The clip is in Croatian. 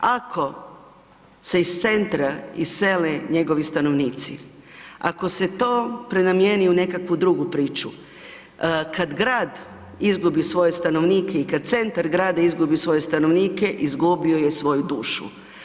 Ako se iz Centra isele njegovi stanovnici, ako se to prenamjeni u nekakvu drugu priču, kad grad izgubi svoje stanovnike i kad centar grada izgubi svoje stanovnike, izgubio je svoju dušu.